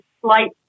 slight